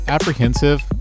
apprehensive